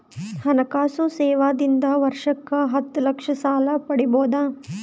ಹಣಕಾಸು ಸೇವಾ ದಿಂದ ವರ್ಷಕ್ಕ ಹತ್ತ ಲಕ್ಷ ಸಾಲ ಪಡಿಬೋದ?